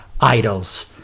idols